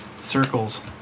Circles